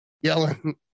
yelling